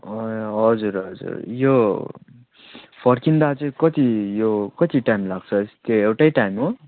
ए हजुर हजुर यो फर्किँदा चाहिँ कति यो कति टाइम लाग्छ कि एउटै टाइम हो